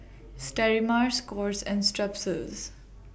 Sterimar Scott's and Strepsils